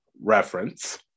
Reference